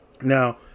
Now